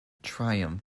triumph